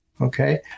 Okay